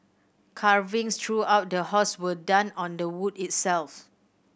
carvings throughout the house were done on the wood itself